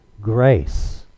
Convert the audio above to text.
grace